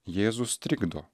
jėzus trikdo